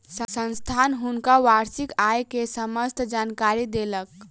संस्थान हुनका वार्षिक आय के समस्त जानकारी देलक